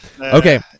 Okay